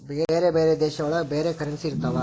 ಬೇರೆ ಬೇರೆ ದೇಶ ಒಳಗ ಬೇರೆ ಕರೆನ್ಸಿ ಇರ್ತವ